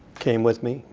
came with me.